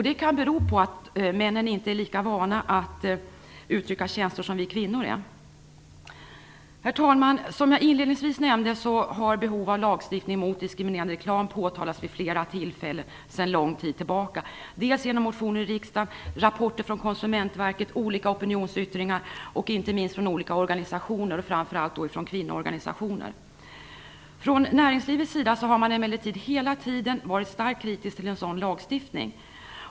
Det kan bero på att männen inte är lika vana vid att uttrycka känslor som vi kvinnor är. Herr talman! Som jag inledningsvis nämnde har behov av lagstiftning mot diskriminerande reklam påtalats vid flera tillfällen sedan en lång tid tillbaka. Det har väckts motioner i riksdagen. Det har kommit rapporter från Konsumentverket, och det har inte minst förekommit opinionsyttringar från olika organisationer, framför allt från kvinnoorganisationer. Från näringslivets sida har man emellertid hela tiden varit starkt kritisk till en sådan lagstiftning.